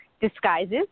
disguises